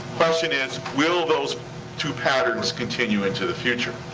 question is, will those two patterns continue into the future?